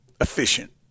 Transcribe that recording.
efficient